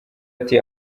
ati